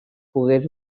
pogués